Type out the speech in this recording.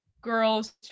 girls